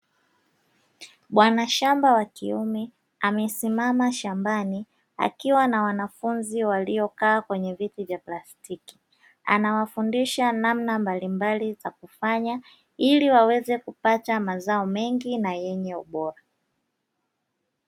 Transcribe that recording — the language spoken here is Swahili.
Bwana shamba wa kiume amesimama shambani, akiwa na wanafunzi waliokaa kwenye viti vya plastiki. Anawafundisha namna mbalimbali za kufanya ili waweze kupata mazao mengi na yenye ubora.